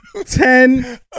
ten